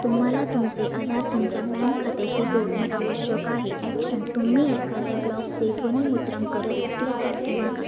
तुम्हाला तुमचे आधार तुमच्या बँक खात्याशी जोडणे आवश्यक आहे ॲक्शन तुम्ही एखाद्या ब्लॉकचे ध्वनीमुद्रण करत असल्यासारखे वागा